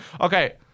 Okay